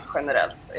Generellt